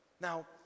Now